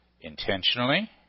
intentionally